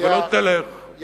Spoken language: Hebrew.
ולא תלך,